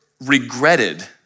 regretted